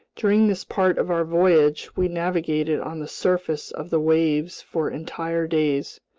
during this part of our voyage, we navigated on the surface of the waves for entire days.